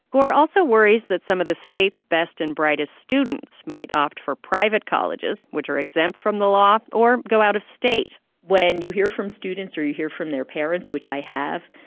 gore also worries that some of the state's best and brightest students might opt for private colleges, which are exempt from the law, or go out of state when you hear from students or you hear from their parents, which i have,